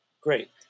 Great